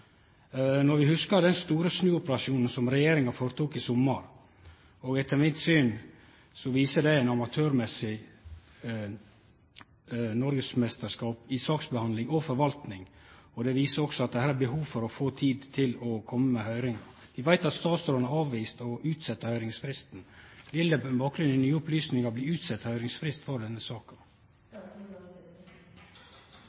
når det gjeld slike høyringar, er seks veker. Vi hugsar den store snuoperasjonen som regjeringa gjorde i sommar. Etter mitt syn viser det eit amatørmessig noregsmeisterskap i elendig saksbehandling og forvaltning. Det viser også at det her er behov for å få tid til å kome med høyring. Vi veit at statsråden har avvist å utsetje høyringsfristen. Vil det med bakgrunn i nye opplysningar bli utsetjing av høyringsfristen i denne saka?